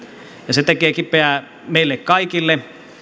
se tekee kipeää meille kaikille